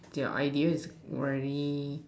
their idea is very